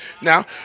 Now